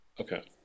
Okay